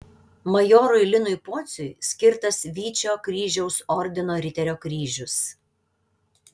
majorui linui pociui skirtas vyčio kryžiaus ordino riterio kryžius